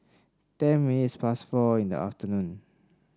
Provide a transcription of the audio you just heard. ten minutes past four in the afternoon